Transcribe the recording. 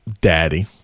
daddy